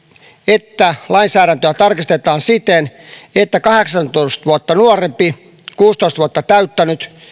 että lainsäädäntöä tarkistetaan siten että kahdeksaatoista vuotta nuorempi kuusitoista vuotta täyttänyt